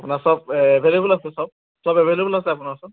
আপোনাৰ চব এভেইলেবল আছে চব চব এভেইলেবল আছে আপোনাৰ ওচৰত